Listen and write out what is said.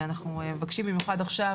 ואנחנו מבקשים במיוחד עכשיו,